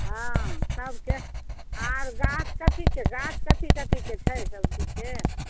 हँ सबके आर गाछ कथीके गाछ कथी कथीके छै सबजीके